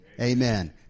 Amen